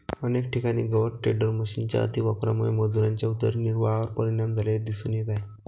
अनेक ठिकाणी गवत टेडर मशिनच्या अतिवापरामुळे मजुरांच्या उदरनिर्वाहावर परिणाम झाल्याचे दिसून येत आहे